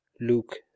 Luke